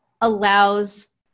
allows